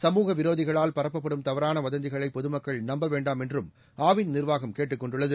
சமூகவிரோதிகளால் பரப்பப்படும் தவறான வதந்திகளை பொதுமக்கள் நம்ப வேண்டாம் என்றும் ஆவின் நிர்வாகம் கேட்டுக் கொண்டுள்ளது